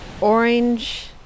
orange